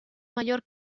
mayor